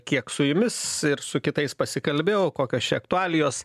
kiek su jumis ir su kitais pasikalbėjau kokios čia aktualijos